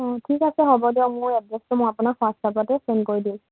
অঁ ঠিক আছে হ'ব দিয়ক মোৰ এড্ৰেছটো আপোনাক হোৱাটচ্এপতে ছেণ্ড কৰি দিম